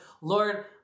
Lord